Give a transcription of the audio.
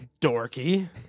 dorky